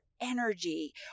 energy